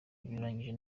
byugarije